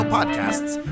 Podcasts